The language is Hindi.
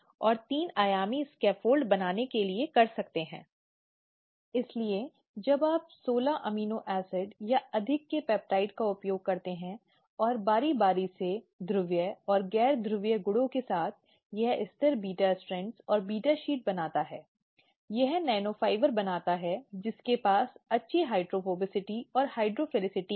उसके 10 दिनों के भीतर उसे एक लिखित बयान देना होता है जिसमें उसके व्यवहार और उसके पूरे पक्ष के बारे में बताना होता है कि यह यौन उत्पीड़न का मामला क्यों नहीं बनेगा या वह क्या कहेगा